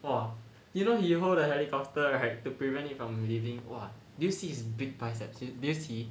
!wah! you know you hold the helicopter ride to prevent it from leaving !wah! do you see his big biceps do you see